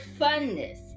funness